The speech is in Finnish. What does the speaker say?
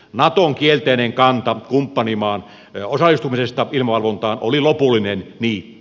naton kielteinen kanta kumppanimaan osallistumisesta ilmavalvontaan oli lopullinen niitti